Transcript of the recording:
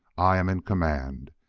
i am in command.